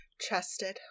chested